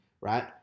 right